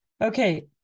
Okay